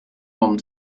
home